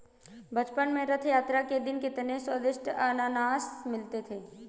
बचपन में रथ यात्रा के दिन कितने स्वदिष्ट अनन्नास मिलते थे